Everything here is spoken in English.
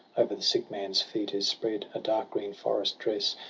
over the sick man's feet is spread a dark green forest-dress.